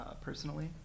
personally